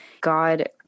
God